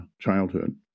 childhood